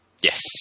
yes